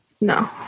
No